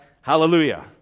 Hallelujah